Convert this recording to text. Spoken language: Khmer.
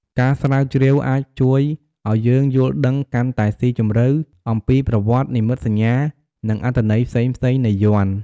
ការស្រាវជ្រាវអាចជួយឱ្យយើងយល់ដឹងកាន់តែស៊ីជម្រៅអំពីប្រវត្តិ និមិត្តសញ្ញា និងអត្ថន័យផ្សេងៗនៃយ័ន្ត។